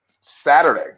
Saturday